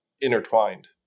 intertwined